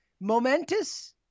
momentous